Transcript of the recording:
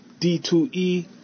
D2E